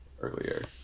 earlier